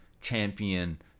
champion